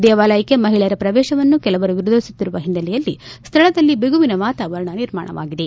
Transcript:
ದೇವಾಲಯಕ್ಕೆ ಮಹಿಳೆಯರ ಪ್ರವೇಶವನ್ನು ಕೆಲವರು ವಿರೋಧಿಸುತ್ತಿರುವ ಹಿನ್ನೆಲೆಯಲ್ಲಿ ಸ್ಥಳದಲ್ಲಿ ಬಿಗುವಿನ ವಾತವಾರಣ ನಿರ್ಮಾಣವಾಗಿದೆ